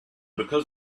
because